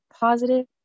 positive